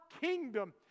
kingdom